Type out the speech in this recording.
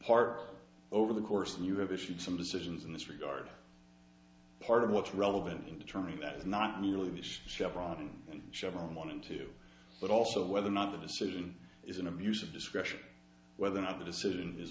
part over the course and you have issued some decisions in this regard part of what's relevant in determining that is not merely chevron and chevron one and two but also whether or not the decision is an abuse of discretion whether or not the decision is